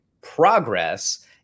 progress